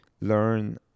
learn